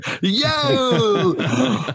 Yo